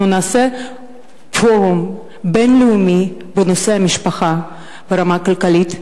אנחנו נעשה פורום בין-לאומי בנושא המשפחה ברמה הכלכלית,